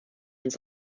uns